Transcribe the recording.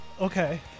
Okay